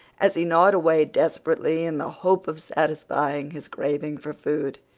as he gnawed away desperately in the hope of satisfying his craving for food,